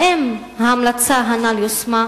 האם ההמלצה הנ"ל יושמה?